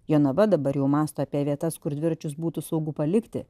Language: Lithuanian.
juoba dabar jau mąsto apie vietas kur dviračius būtų saugu palikti